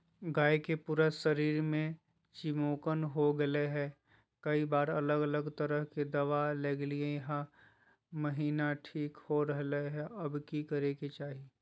गाय के पूरा शरीर में चिमोकन हो गेलै है, कई बार अलग अलग तरह के दवा ल्गैलिए है महिना ठीक हो रहले है, अब की करे के चाही?